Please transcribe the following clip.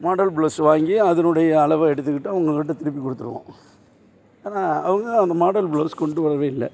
model blouse வாங்கி அதனுடைய அளவை எடுத்துக்கிட்டு அவங்கக்கிட்ட திருப்பி கொடுத்துருவோம் ஆனால் அவங்க அந்த மாடல் ப்ளவுஸ் கொண்டு வரவே இல்லை